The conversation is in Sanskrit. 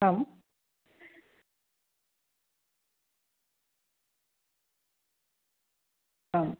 आम् आम्